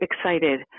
excited